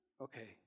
okay